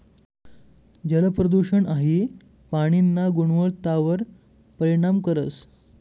जलप्रदूषण हाई पाणीना गुणवत्तावर परिणाम करस